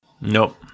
Nope